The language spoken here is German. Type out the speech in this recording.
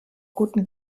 guten